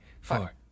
four